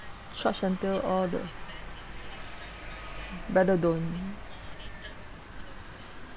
charge until all the better don't